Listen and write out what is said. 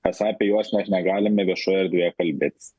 esą apie juos mes negalime viešoje erdvėje kalbėtis